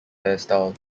hairstyle